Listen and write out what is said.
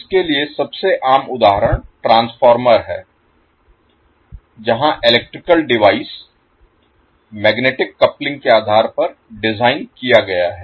इसके लिए सबसे आम उदाहरण ट्रांसफार्मर है जहां इलेक्ट्रिकल Electrical विद्युत डिवाइस Device उपकरण मैग्नेटिक कपलिंग के आधार पर डिज़ाइन किया गया है